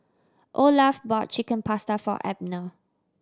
Olaf bought Chicken Pasta for Abner